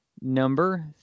number